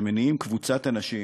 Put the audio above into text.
שמניעים קבוצת אנשים,